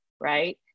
Right